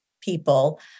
people